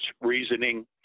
reasoning